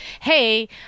Hey